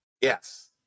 Yes